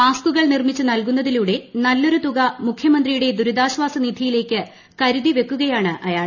മാസ്കുകൾ നിർമിച്ചു നൽകുന്നതിലൂടെ നല്ലെട്ടിരു തുക മുഖ്യമന്ത്രിയുടെ ദുരിതാശ്വാസ നിധിയിലേക്ക് കരുതിവെക്കുകയാണിയാൾ